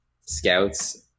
scouts